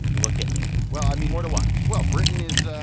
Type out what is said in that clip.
look at me well, i mean. more to watch well, britain is,